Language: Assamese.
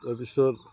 তাৰ পিছত